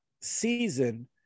season